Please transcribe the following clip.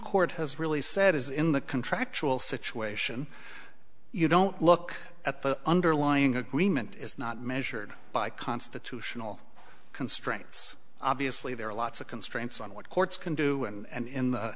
court has really said is in the contractual situation you don't look at the underlying agreement is not measured by constitutional constraints obviously there are lots of constraints on what courts can do and in the